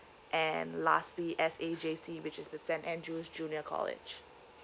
and lastly S_A_J_C which is the saint andrew's junior college